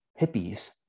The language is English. hippies